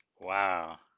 Wow